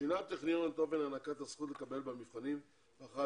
שינה הטכניון את אופן הענקת הזכות לקבל במבחנים הארכת